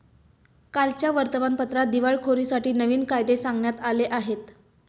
कालच्या वर्तमानपत्रात दिवाळखोरीसाठी नवीन कायदे सांगण्यात आले आहेत